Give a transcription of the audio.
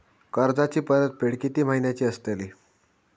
कर्जाची परतफेड कीती महिन्याची असतली?